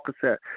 cassette